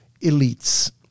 elites